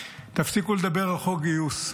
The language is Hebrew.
תפסיקו לדבר על חוק גיוס.